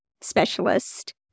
specialist